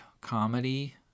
comedy